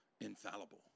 infallible